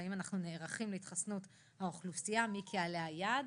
האם נערכים לחיסון האוכלוסייה ומי קהל היעד